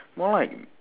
more like